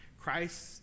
Christ